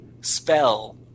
spell